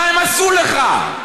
מה הם עשו לך?